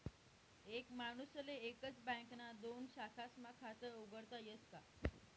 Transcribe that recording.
एक माणूसले एकच बँकना दोन शाखास्मा खातं उघाडता यस का?